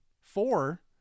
Four